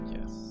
Yes